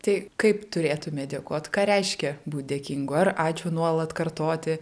tai kaip turėtume dėkot ką reiškia būt dėkingu ar ačiū nuolat kartoti